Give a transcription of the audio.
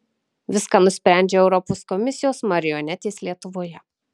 viską nusprendžia europos komisijos marionetės lietuvoje